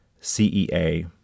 CEA